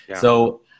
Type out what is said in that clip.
So-